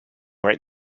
right